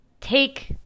take